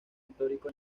histórico